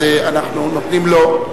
אז אנחנו נותנים לו.